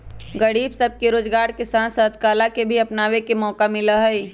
गरीब सब के रोजगार के साथ साथ कला के भी अपनावे के मौका मिला हई